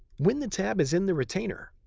when the tab is in the retainer,